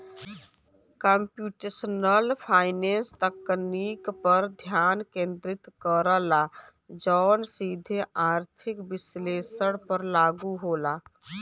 computational finance तकनीक पर ध्यान केंद्रित करला जौन सीधे आर्थिक विश्लेषण पर लागू होला